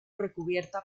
recubierta